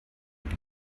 wie